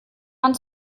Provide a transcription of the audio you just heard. man